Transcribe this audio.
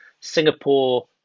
Singapore